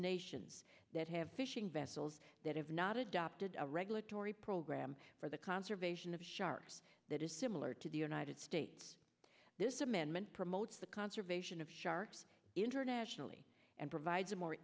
nations that have fishing vessels that have not adopted a regulatory program for the conservation of sharks that is similar to the united states this amendment promotes the conservation of sharks internationally and provides a more